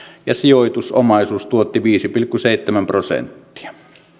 ja sijoitusomaisuus tuotti viisi pilkku seitsemän prosenttia